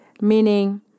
Meaning